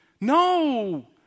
No